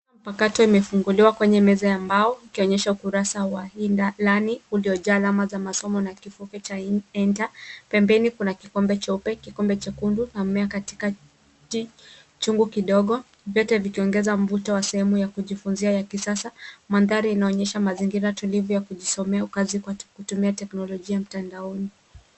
Mpakato imefunguliwa kwenye meza ya mbao ukionyesha ukurasa wa e-learning uliyojaa alama za masomo na kifute cha enter . Pembeni kuna kikombe cheupe, kikombe chekundu na mmea katika chungu kidogo vyote vikiongeza mvuto katika sehemu njia ya kujifunzia ya kisasa. Mandhari inaonyesha mazingira tulivu ya kujisomea au kazi kwa kutumia teknolojia mtandaoni.